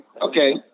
okay